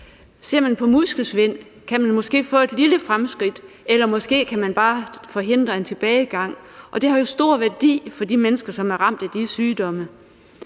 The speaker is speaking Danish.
hvad angår muskelsvind er der mulighed for et lille fremskridt, eller man kan måske forhindre en tilbagegang. Det har jo stor værdi for de mennesker, som er ramt af de sygdomme.